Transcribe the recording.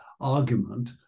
argument